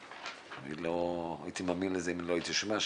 שאני לא הייתי מאמין לזה אם לא הייתי שומע,